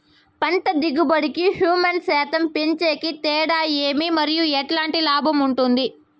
పంట దిగుబడి కి, హ్యూమస్ శాతం పెంచేకి తేడా ఏమి? మరియు ఎట్లాంటి లాభం ఉంటుంది?